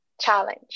challenge